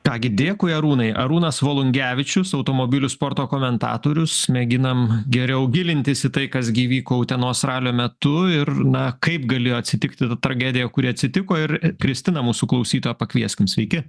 ką gi dėkui arūnai arūnas volungevičius automobilių sporto komentatorius mėginam geriau gilintis į tai kas gi įvyko utenos ralio metu ir na kaip galėjo atsitikti ta tragedija kuri atsitiko ir kristiną mūsų klausytoją pakvieskim sveiki